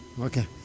Okay